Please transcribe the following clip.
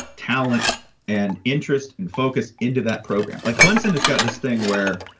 talent and interest and focus into that program. like clemson has got this thing where,